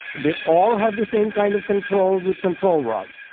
they all have the same kind of controls with control rods.